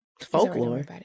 Folklore